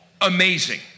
Amazing